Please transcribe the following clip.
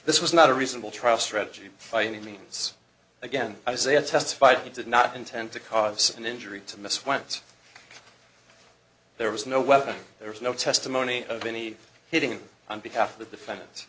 this was not a reasonable trial strategy by any means again i say i testified he did not intend to cause an injury to miss once there was no weapon there was no testimony of any hitting on behalf of the defendant